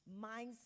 mindset